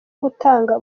gutanga